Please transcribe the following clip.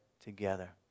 together